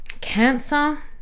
cancer